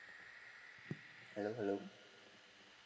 hello hello